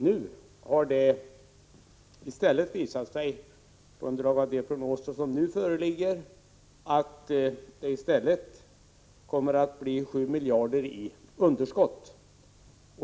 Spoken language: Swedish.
Det har visat sig — på grundval av de prognoser som nu föreligger — att det i stället torde komma att bli 7 miljarder i underskott.